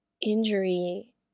injury